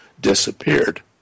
disappeared